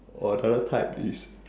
or other type is